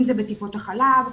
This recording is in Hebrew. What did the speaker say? אם זה בטיפות החלב,